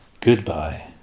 Goodbye